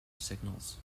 signals